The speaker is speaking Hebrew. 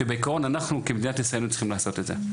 שבעקרון אנחנו כמדינת ישראל היינו צריכים לעשות את זה.